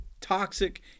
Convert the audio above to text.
toxic